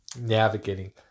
navigating